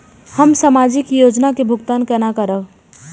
हम सामाजिक योजना के भुगतान केना करब?